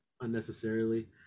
unnecessarily